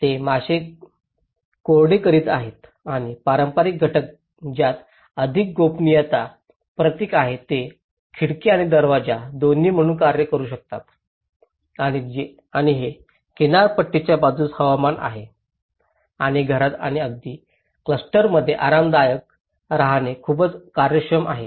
ते मासे कोरडे करीत आहेत आणि पारंपारिक घटक ज्यात अधिक गोपनीयता प्रतीक आहेत ते खिडकी आणि दरवाजा दोन्ही म्हणून कार्य करू शकतात आणि हे किनारपट्टीच्या बाजूस हवामान आहे आणि घरात आणि अगदी क्लस्टर्समध्ये आरामदायक राहणे खूप कार्यक्षम आहे